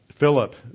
Philip